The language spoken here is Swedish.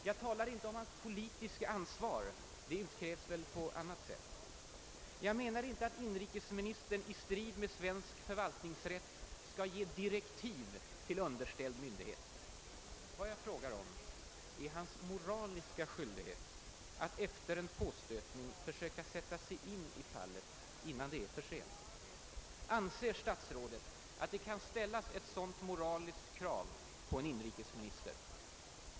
Jag talar inte om hans politiska ansvar; det utkrävs väl på annat sätt. Jag menar inte att inrikesministern i strid med svensk förvaltningsrätt skall ge direktiv till underställd myndighet. Vad jag frågar om är hans moraliska skyldighet att efter en påstötning försöka sätta sig in i fallet innan det är för sent. Anser statsrådet att det kan ställas ett sådant moraliskt krav på en inrikesminister?